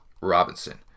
Robinson